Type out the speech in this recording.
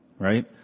right